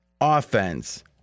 offense